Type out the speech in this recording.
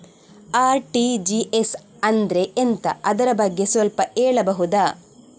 RTGS ಅಂದ್ರೆ ಎಂತ ಅದರ ಬಗ್ಗೆ ಸ್ವಲ್ಪ ಹೇಳಬಹುದ?